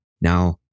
now